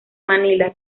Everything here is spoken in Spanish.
manila